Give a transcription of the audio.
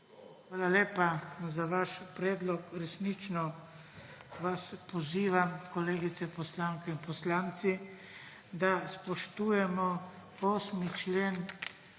Hvala lepa za vaš predlog. Resnično vas pozivam, kolegice poslanke in kolegi poslanci, da spoštujemo 8. člen